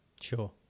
sure